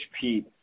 Pete